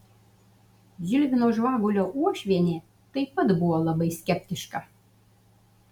žilvino žvagulio uošvienė taip pat buvo labai skeptiška